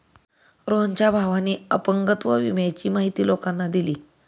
रोहनच्या भावाने अपंगत्व विम्याची माहिती लोकांना दिली